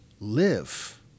live